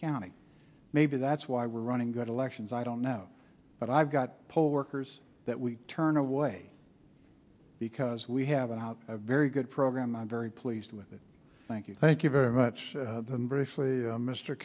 county maybe that's why we're running good elections i don't know but i've got poll workers that we turn away because we have a very good program i'm very pleased with it thank you thank you very much and briefly